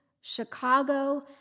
Chicago